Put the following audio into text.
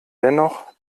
dennoch